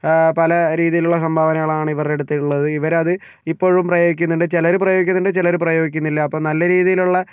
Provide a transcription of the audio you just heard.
പല രീതിയിലുള്ള സംഭാവനകളാണ് ഇവരുടെ അടുത്ത് ഉള്ളത് ഇവർ അത് ഇപ്പോഴും പ്രയോഗിക്കുന്നുണ്ട് ചിലർ പ്രയോഗിക്കുന്നുണ്ട് ചിലർ പ്രയോഗിക്കുന്നില്ല നല്ല രീതിയിൽ ഉള്ള